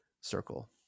circle